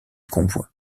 convois